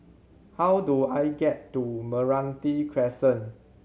how do I get to Meranti Crescent